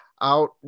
out